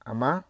Ama